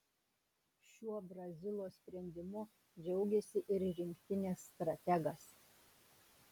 šiuo brazilo sprendimu džiaugėsi ir rinktinės strategas